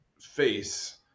face